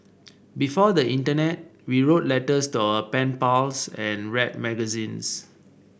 before the internet we wrote letters to our pen pals and read magazines